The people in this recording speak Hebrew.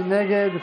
מי נגד?